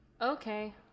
okay